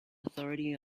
authority